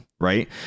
right